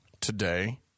today